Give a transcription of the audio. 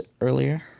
earlier